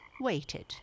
waited